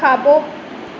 खाबो॒